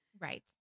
Right